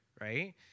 right